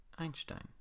Einstein